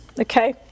Okay